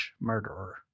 murderer